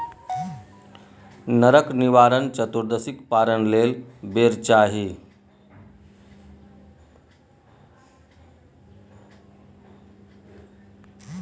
नरक निवारण चतुदर्शीक पारण लेल बेर चाही